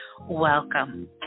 welcome